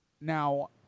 Now